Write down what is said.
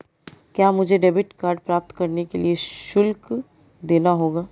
क्या मुझे debit card प्राप्त करने के लिए शुल्क देना होगा?